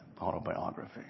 autobiography